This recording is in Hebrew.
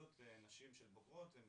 ובליגות נשים שהן בוגרות הן